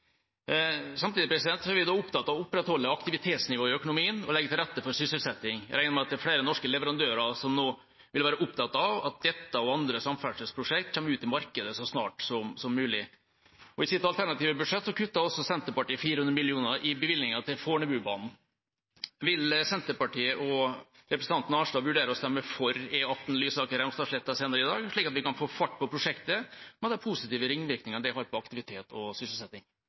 Samtidig er vi opptatt av å opprettholde aktivitetsnivået i økonomien og legge til rette for sysselsetting. Jeg regner med at det er flere norske leverandører som nå vil være opptatt av at dette og andre samferdselsprosjekt kommer ut i markedet så snart som mulig. I sitt alternative budsjett kuttet Senterpartiet 400 mill. kr i bevilgningen til Fornebubanen. Vil Senterpartiet og representanten Arnstad vurdere å stemme for E18 Lysaker–Ramstadsletta senere i dag, slik at vi kan få fart på prosjektet med de positive ringvirkningene det har for aktivitet og sysselsetting?